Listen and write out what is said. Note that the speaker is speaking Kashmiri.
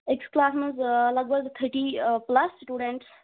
أکِس کٕلاس منٛز لگ بگ تھٔٹی پٕلَس سٹوٗڈنٛٹٕس